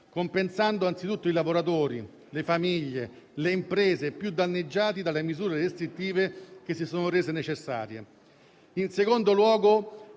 compensando anzitutto i lavoratori, le famiglie e le imprese più danneggiati dalle misure restrittive che si sono rese necessarie. In secondo luogo,